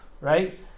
right